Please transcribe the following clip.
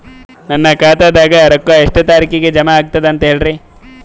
ನನ್ನ ಖಾತಾದಾಗ ರೊಕ್ಕ ಎಷ್ಟ ತಾರೀಖಿಗೆ ಜಮಾ ಆಗತದ ದ ಅಂತ ಹೇಳರಿ?